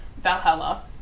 Valhalla